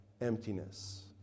emptiness